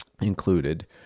Included